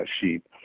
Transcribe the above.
sheep